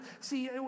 See